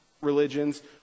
religions